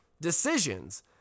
decisions